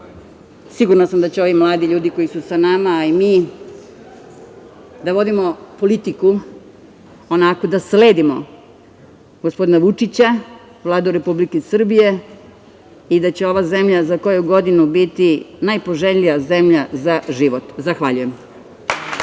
se. Sigurna sam da će ovi mladi ljudi koji su sa nama i mi da vodimo politiku, onako da sledimo gospodina Vučića, Vladu Republike Srbije i da će ova zemlja za koju godinu biti najpoželjnija zemlja za život. Zahvaljujem.